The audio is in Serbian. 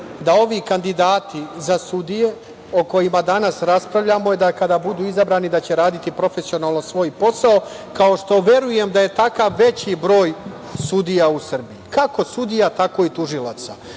da ovi kandidati za sudije o kojima danas raspravljamo, da kada budu izabrani da će raditi profesionalno svoj posao, kao što verujem da je takav veći broj sudija u Srbiji, kako sudija, tako i tužilaca.